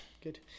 Good